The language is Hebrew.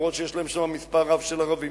אף-על-פי שיש להם שם מספר רב של ערבים.